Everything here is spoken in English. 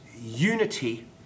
unity